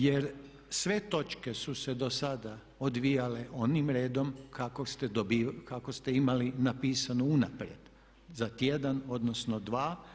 Jer sve točke su se dosada odvijale onim redom kako ste imali napisano unaprijed za tjedan odnosno dva.